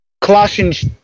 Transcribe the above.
Colossians